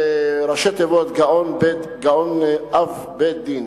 זה ראשי תיבות: גאון אב בית-דין,